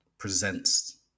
presents